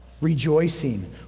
rejoicing